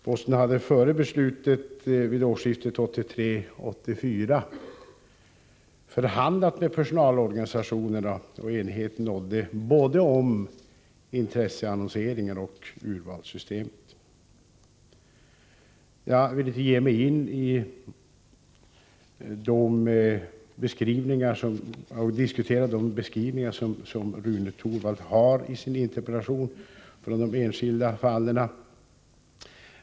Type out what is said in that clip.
Posten hade före beslutet vid årsskiftet 1983-1984 förhandlat med personalorganisationerna, och enighet rådde om både intresseannonseringen och urvalssystemet. Jag vill inte ge mig in i en diskussion om de beskrivningar av de enskilda fallen som Rune Torwald har gjort i sin interpellation.